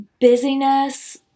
busyness